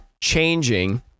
changing